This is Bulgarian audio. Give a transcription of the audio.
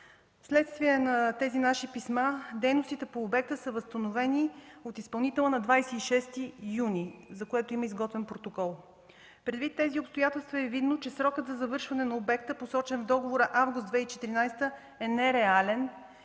Вследствие на нашите писма дейностите по обекта са възстановени от изпълнителя на 26 юни, за което има изготвен протокол. Предвид тези обстоятелства е видно, че срокът за завършване на обекта, посочен в договора – август 2013 г., е нереален